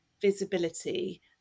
visibility